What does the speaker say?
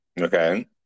Okay